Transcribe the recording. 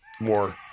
more